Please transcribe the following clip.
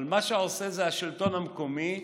אבל מה שעושה המרכז לשלטון המקומי,